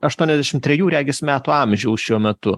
aštuoniasdešim trejų regis metų amžiaus šiuo metu